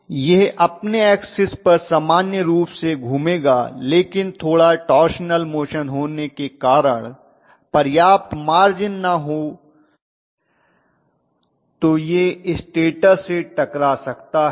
यह अपने ऐक्सिस पर सामान्य रूप से घूमेगा लेकिन थोड़ा टॉर्सनल मोशन होने के कारण पर्याप्त मार्जिन न हो तो यह स्टेटर से टकरा सकता है